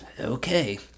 okay